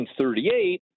1938